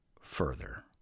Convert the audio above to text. further